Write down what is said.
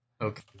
Okay